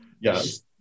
Yes